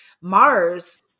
Mars